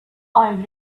i’ll